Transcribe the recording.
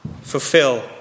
Fulfill